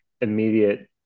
immediate